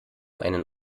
einen